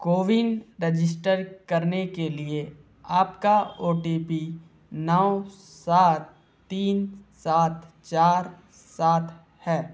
CoWIN register करने के लिए आपका ओ टी पी नौ सात तीन सात चार सात है